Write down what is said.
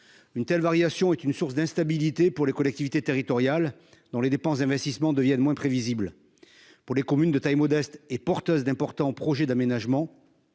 Cette situation est en effet source d'instabilité pour les collectivités territoriales dont les dépenses d'investissement deviennent moins prévisibles. Pour les communes de taille modeste et porteuses d'importants projets d'aménagement,